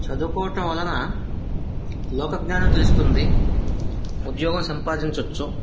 చదువుకోవడం వలన లోకజ్ఞానం తెలుస్తుంది ఉద్యోగం సంపాదించవచ్చు